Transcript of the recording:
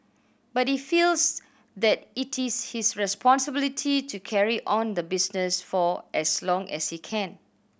but he feels that it is his responsibility to carry on the business for as long as he can